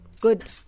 good